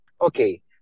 Okay